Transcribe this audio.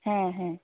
হ্যাঁ হ্যাঁ